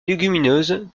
légumineuses